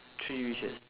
three wishes